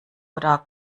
oder